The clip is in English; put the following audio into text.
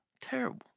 terrible